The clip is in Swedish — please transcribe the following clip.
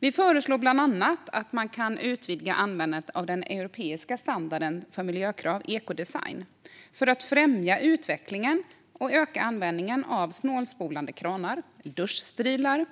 Vi föreslår bland annat att man kan utvidga användandet av den europeiska standarden för miljökrav, ekodesign, för att främja utvecklingen och öka användningen av snålspolande kranar och toaletter samt duschstrilar.